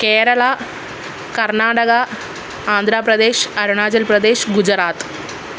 Kerala Karnataka Andhra Pradesh Arunachal Pradesh Gujarat